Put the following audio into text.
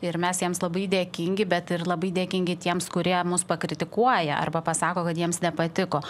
ir mes jiems labai dėkingi bet ir labai dėkingi tiems kurie mus pakritikuoja arba pasako kad jiems nepatiko